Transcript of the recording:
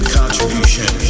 contribution